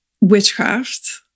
witchcraft